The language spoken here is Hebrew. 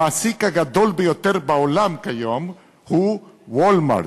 המעסיק הגדול ביותר בעולם כיום הוא "וולמארט",